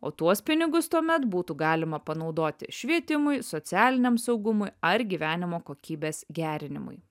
o tuos pinigus tuomet būtų galima panaudoti švietimui socialiniam saugumui ar gyvenimo kokybės gerinimui